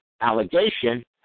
allegation